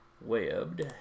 webbed